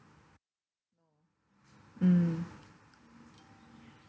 mm